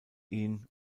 ihn